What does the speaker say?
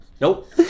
Nope